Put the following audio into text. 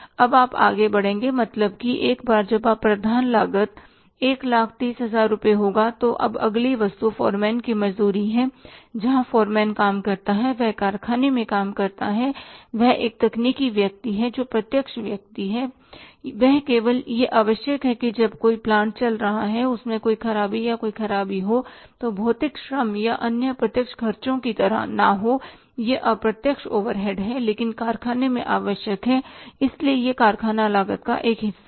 अब आप आगे बढ़ेंगे मतलब की एक बार जब प्रधान लागत 130000 रुपये होगी तो अब अगली वस्तु फोरमैन की मजदूरी है जहां फोरमैन काम करता है वह कारखाने में काम करता है वह एक तकनीकी व्यक्ति है जो प्रत्यक्ष व्यक्ति है वह केवल यह आवश्यक है कि जब कोई प्लांट चल रहा हो तो उसमें कोई खराबी या कोई खराबी हो भौतिक श्रम या अन्य प्रत्यक्ष खर्चों की तरह न हो यह अप्रत्यक्ष ओवरहेड है लेकिन कारखाने में आवश्यक है इसलिए यह कारखाना लागत का एक हिस्सा है